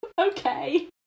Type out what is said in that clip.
okay